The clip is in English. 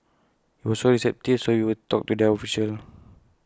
he was receptive so we will talk to their officials